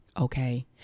okay